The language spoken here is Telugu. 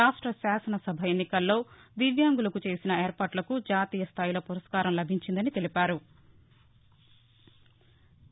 రాష్ట శాసనసభ ఎన్నికల్లో దివ్యాంగులకు చేసిన ఏర్పాట్లకు జాతీయ స్థాయిలో పురస్కారం లభించిందని తెలిపారు